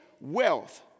wealth